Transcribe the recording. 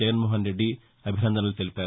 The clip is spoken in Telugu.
జగన్మోహనరెడ్డి అభినందనలు తెలిపారు